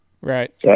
Right